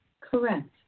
Correct